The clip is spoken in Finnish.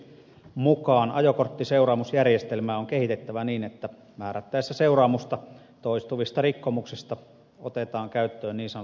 mukaan ajokorttiseuraamusjärjestelmää on kehitettävä niin että määrättäessä seuraamusta toistu vista rikkomuksista otetaan käyttöön niin sanottu pistejärjestelmä